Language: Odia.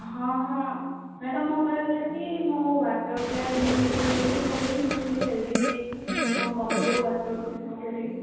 ହଁ ହଁ ମ୍ୟାଡ଼ାମ୍ ମୁଁ କହିବା କଥା କି ମୁଁ ୱାର୍କ ଆଉଟ୍ଟା ଦିନକୁ କେତେଥର କରିବି କ'ଣ କରିବି ବହୁତ ହେଲ୍ଦି ହେଇ ଯାଇଛି କେମିତି କ'ଣ କମିବ ୱାର୍କ ଆଉଟ୍ କେମିତି କ'ଣ କରିବି